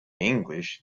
english